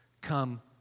come